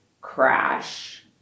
crash